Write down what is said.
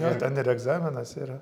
dar ten ir egzaminas yra